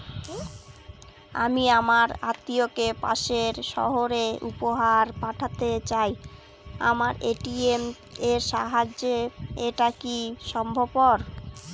আমি আমার আত্মিয়কে পাশের সহরে উপহার পাঠাতে চাই আমার এ.টি.এম এর সাহায্যে এটাকি সম্ভবপর?